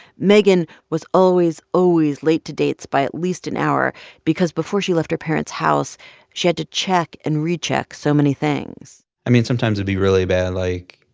megan was always, always late to dates by at least an hour because before she left her parents' house she had to check and recheck so many things i mean, sometimes it would be really bad. like,